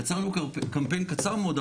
יצרנו קמפיין קצר מאוד,